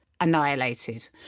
annihilated